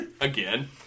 Again